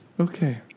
Okay